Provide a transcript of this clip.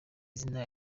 zina